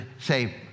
say